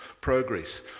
Progress